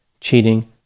cheating